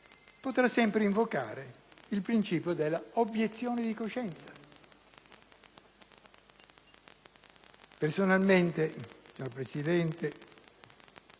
potrà sempre invocare il principio dell'obiezione di coscienza. Personalmente, signor Presidente,